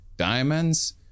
Diamonds